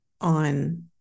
on